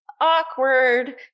awkward